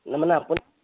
না মানে আপুনি